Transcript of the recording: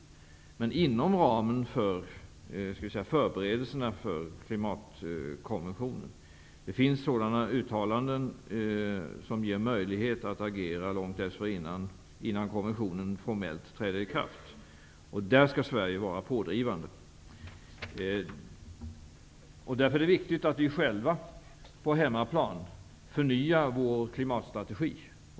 Men det skall vara så att säga inom ramen för förberedelserna av klimatkonventionen. Det finns sådana uttalanden som ger möjlighet att agera långt innan konventionen formellt träder i kraft. Där skall Sverige vara pådrivande. Mot den bakgrunden är det viktigt att vi själva på hemmaplan förnyar vår klimatstrategi.